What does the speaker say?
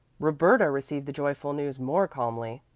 roberta received the joyful news more calmly.